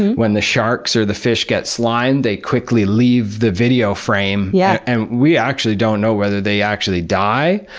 when the sharks or the fish gets slimed, they quickly leave the video frame, yeah and we actually don't know whether they actually die,